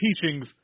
teachings